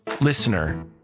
listener